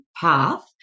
path